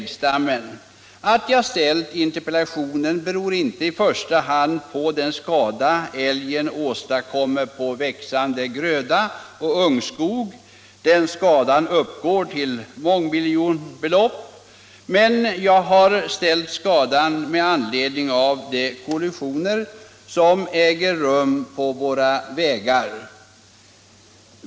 Orsaken till att jag ställt interpellationen är inte i första hand den skada älgen åstadkommer på växande gröda och i ungskog — den skadan uppgår till mångmiljonbelopp — utan de kollisioner som äger rum på våra vägar.